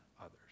others